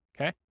Okay